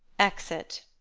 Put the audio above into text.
exit